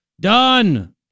done